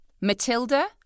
matilda